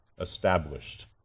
established